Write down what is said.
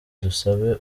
dusabe